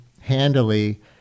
handily